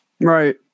Right